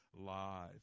Live